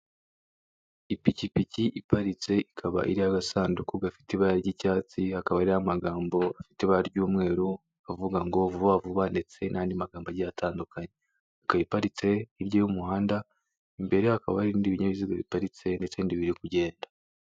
Ipikipiki iparitse ikaba iriho agasanduku gafite ibara ry'icyatsi hakaba hari ho amagambo afite ibara ry'umweru avuga ngo vuba vuba ndetse n'andi magambo agiye atandukanye. Ikaba iparitse hirya y'umuhanda, imbere hakaba hari ibindi binyabiziga biparitse ndetse ibindi biri kugenda.